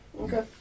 Okay